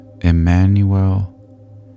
Emmanuel